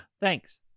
thanks